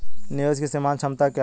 निवेश की सीमांत क्षमता क्या है?